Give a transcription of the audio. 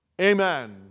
Amen